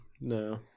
No